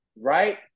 right